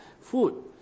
food